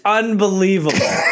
unbelievable